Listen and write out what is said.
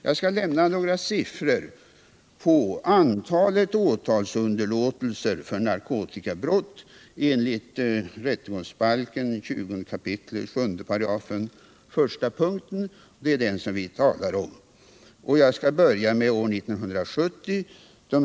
Jag skall nämna några siffror på antalet åtalsunderlåtelser för narkotikabrott enligt rättegångsbalken 20 kap. 7 § p. 1— det är den som vi talar om. Jag skall börja med år 1970.